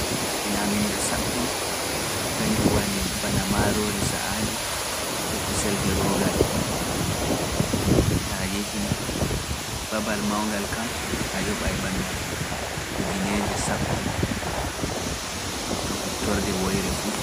Ñaaminda saɗɗum, kanjum wani bana maaroori sa’aandi e kusel gerogal, taa yehii, babal mawngal kam a yoɓa e bana ujineeje sappo (ten thousand) to hittorde woyre fuu.